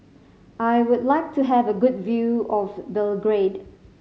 I would like to have a good view of Belgrade